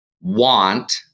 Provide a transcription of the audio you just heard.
want